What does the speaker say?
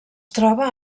troba